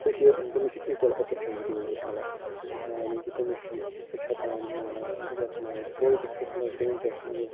سُہ چھِ تٔمِس چھِ ایکول اَپرچونِٹی وُنکٮ۪س مِلان یعنی کہِ تٔمِس چھِ سُہ چھِ ہیٚکان یَتھ منٛز پُلٹکسس منٛز تہِ وُنکٮ۪س یِتھ